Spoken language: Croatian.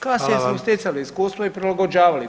Kasnije smo stjecali iskustva i prilagođavali.